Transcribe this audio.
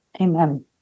Amen